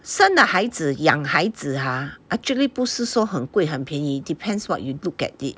生了孩子养孩子 ha actually 不是说很贵很便宜 depends what you look at it